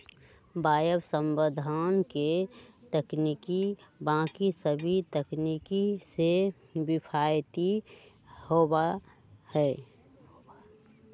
वायवसंवर्धन के तकनीक बाकि सभी तकनीक से किफ़ायती होबा हई